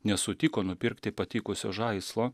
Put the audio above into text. nesutiko nupirkti patikusio žaislo